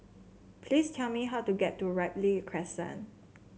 please tell me how to get to Ripley Crescent